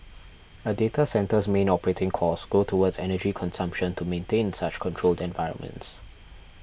a data centre's main operating costs go towards energy consumption to maintain such controlled environments